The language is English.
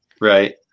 Right